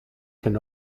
can